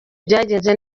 byagenze